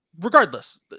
regardless